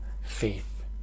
faith